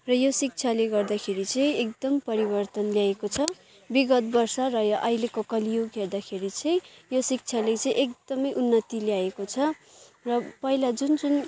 यो शिक्षाले गर्दाखेरि चाहिँ एकदम परिवर्तन ल्याएको छ विगत वर्ष र अहिलेको कलियुग हेर्दाखेरि चाहिँ यो शिक्षाले चाहिँ एकदम उन्नति ल्याएको छ र पहिला जुन जुन